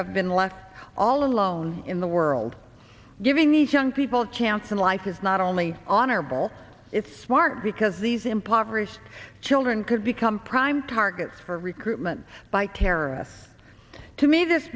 have been left all alone in the world giving each young people a chance in life is not only honorable it's smart because these impoverished children could become prime targets for recruitment by terrorists to me this